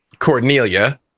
Cornelia